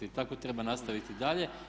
Tako treba nastaviti dalje.